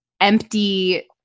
empty